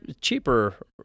cheaper